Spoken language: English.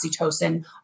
oxytocin